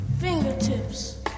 Fingertips